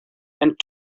and